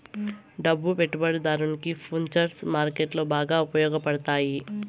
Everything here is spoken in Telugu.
డబ్బు పెట్టుబడిదారునికి ఫుచర్స్ మార్కెట్లో బాగా ఉపయోగపడతాయి